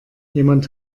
jemand